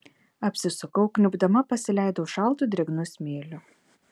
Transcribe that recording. apsisukau kniubdama pasileidau šaltu drėgnu smėliu